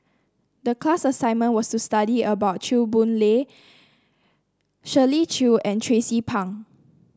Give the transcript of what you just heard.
the class assignment was to study about Chew Boon Lay Shirley Chew and Tracie Pang